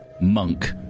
monk